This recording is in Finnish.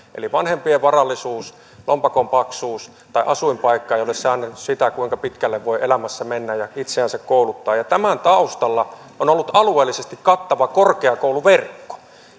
eli vanhempien varallisuus lompakon paksuus tai asuinpaikka eivät ole säännelleet sitä kuinka pitkälle voi elämässä mennä ja itseänsä kouluttaa tämän taustalla on ollut alueellisesti kattava korkeakouluverkko